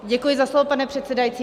Děkuji za slovo, pane předsedající.